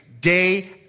day